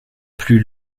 plus